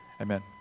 Amen